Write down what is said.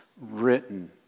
written